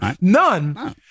None